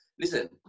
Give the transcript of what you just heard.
listen